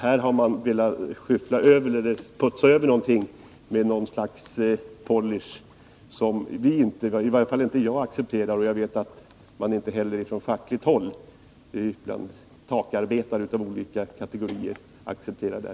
Man har velat putsa över problemen med ett slags polish, något som jag inte godtar och som jag vet att inte heller de fackliga företrädarna för takarbetare av olika kategorier accepterar.